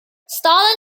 stalin